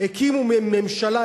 הקימו ממשלה,